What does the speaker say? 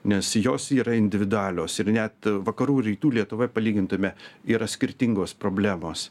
nes jos yra individualios ir net vakarų rytų lietuvoje palygintume yra skirtingos problemos